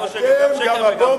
בגידה.